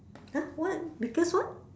!huh! what because what